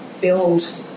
build